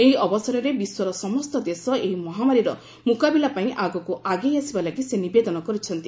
ଏହି ଅବସରରେ ବିଶ୍ୱର ସମସ୍ତ ଦେଶ ଏହି ମହାମାରୀର ମୁକାବିଲା ପାଇଁ ଆଗକୁ ଆଗେଇ ଆସିବା ଲାଗି ସେ ନିବେଦନ କରିଛନ୍ତି